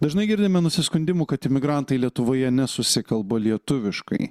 dažnai girdime nusiskundimų kad imigrantai lietuvoje nesusikalba lietuviškai